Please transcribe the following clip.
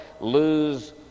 lose